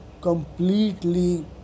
completely